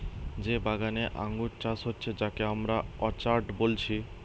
যে বাগানে আঙ্গুর চাষ হচ্ছে যাকে আমরা অর্চার্ড বলছি